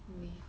with